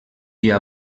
dia